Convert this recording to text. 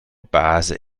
base